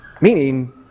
Meaning